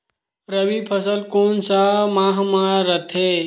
रबी फसल कोन सा माह म रथे?